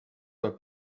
were